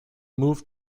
moved